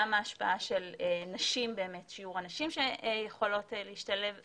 גם שיעור הנשים שיכולות להשתלב וכו',